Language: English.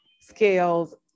scales